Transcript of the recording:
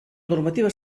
normativa